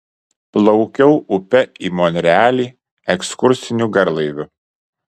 plaukiau upe į monrealį ekskursiniu garlaiviu